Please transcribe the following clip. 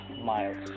Miles